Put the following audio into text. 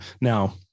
Now